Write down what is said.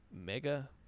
Mega